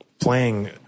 playing